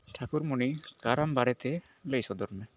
ᱴᱷᱟᱹᱠᱩᱨᱢᱚᱱᱤ ᱠᱟᱨᱟᱢ ᱵᱟᱨᱮᱛᱮ ᱞᱟᱹᱭ ᱥᱚᱫᱚᱨ ᱢᱮ